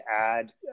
add